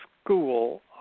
school